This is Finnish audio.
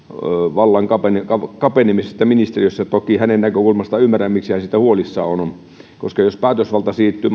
vallan kapenemisesta ministeriössä niin toki hänen näkökulmastaan ymmärrän miksi hän siitä huolissaan on koska jos päätösvalta siirtyy